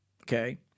okay